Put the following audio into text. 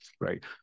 right